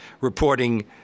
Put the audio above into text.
reporting